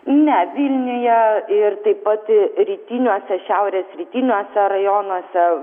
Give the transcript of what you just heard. ne vilniuje ir taip pat rytiniuose šiaurės rytiniuose rajonuose